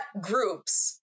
groups